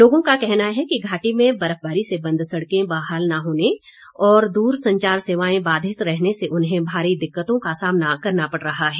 लोगों का कहना है कि घाटी में बर्फबारी से बंद सड़कें बहाल न होने और दूरसंचार सेवाएं बाधित रहने से उन्हें भारी दिक्कतों का सामना करना पड़ रहा है